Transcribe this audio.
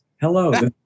Hello